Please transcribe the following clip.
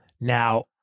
Now